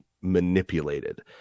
manipulated